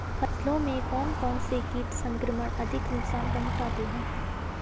फसलों में कौन कौन से कीट संक्रमण अधिक नुकसान पहुंचाते हैं?